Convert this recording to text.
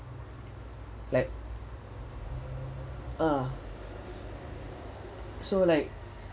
like ah so like